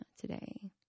today